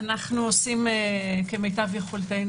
אנחנו עושים כמיטב יכולתנו.